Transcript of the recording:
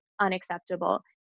unacceptable